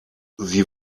sie